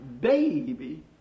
baby